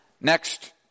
next